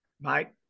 Mike